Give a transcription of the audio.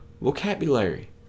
vocabulary